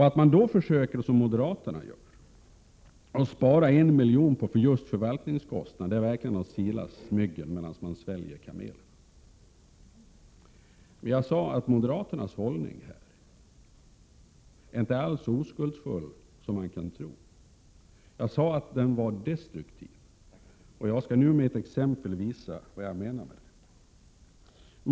Att då, som moderaterna föreslår, spara 1 miljon på just förvaltningskostnaderna är verkligen att sila mygg och svälja kameler. Jag sade tidigare att moderaternas hållning inte alls är så oskuldsfull, som man skulle kunna tro. Jag sade att den är destruktiv. Jag skall nu med ett exempel visa vad jag menar med det.